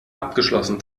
abgeschlossen